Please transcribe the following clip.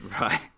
Right